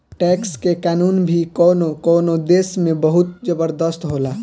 tax के कानून भी कवनो कवनो देश में बहुत जबरदस्त होला